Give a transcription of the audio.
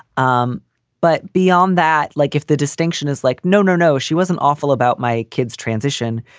um but beyond that. like if the distinction is like, no, no, no, she wasn't awful about my kids transition.